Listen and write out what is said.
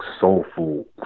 Soulful